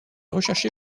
recherché